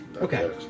Okay